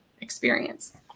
experience